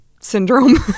syndrome